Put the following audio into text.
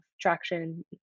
traction